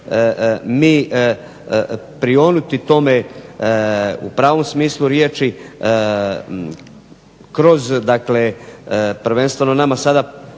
mi prionuti tome u pravom smislu riječi kroz dakle prvenstveno nama sada